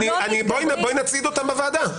בואי נציג אותם בוועדה.